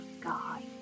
God